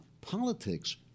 politics